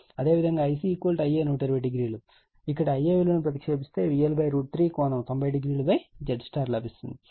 అదేవిధంగా Ic Ia ∠1200 ఇక్కడ Ia విలువను ప్రతిక్షేపించగా VL3900ZY లభిస్తుంది